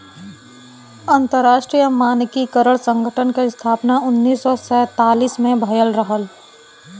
अंतरराष्ट्रीय मानकीकरण संगठन क स्थापना उन्नीस सौ सैंतालीस में भयल रहल